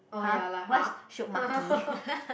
!huh! what's Shiok-Maki